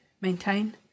maintain